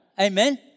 amen